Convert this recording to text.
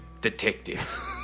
detective